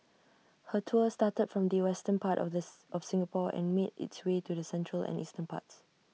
her tour started from the western part of the of Singapore and made its way to the central and eastern parts